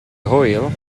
hwyl